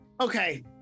Okay